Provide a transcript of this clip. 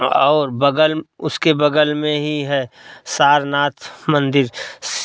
और बगल उसके बगल में हीं है सारनाथ मंदिर